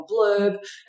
blurb